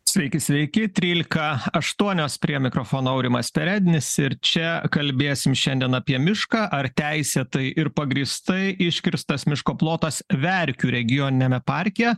sveiki sveiki trylika ašuonios prie mikrofono aurimas perednis ir čia kalbėsim šiandien apie mišką ar teisėtai ir pagrįstai iškirstas miško plotas verkių regioniniame parke